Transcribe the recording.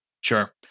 Sure